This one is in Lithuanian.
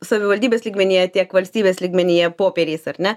savivaldybės lygmenyje tiek valstybės lygmenyje popieriais ar ne